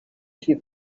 she